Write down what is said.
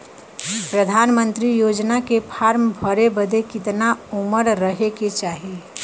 प्रधानमंत्री योजना के फॉर्म भरे बदे कितना उमर रहे के चाही?